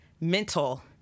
mental